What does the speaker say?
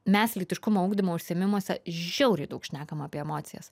mes lytiškumo ugdymo užsiėmimuose žiauriai daug šnekam apie emocijas